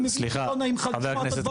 אני מבין שלא נעים לך לשמוע את הדברים.